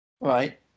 Right